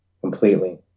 completely